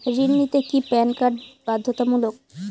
ঋণ নিতে কি প্যান কার্ড বাধ্যতামূলক?